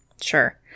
sure